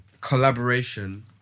Collaboration